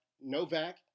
Novak